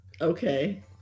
Okay